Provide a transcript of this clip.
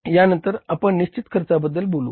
यानंतर आपण निश्चित खर्चाबद्दल बोलुया